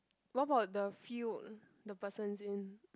what about the field the person's in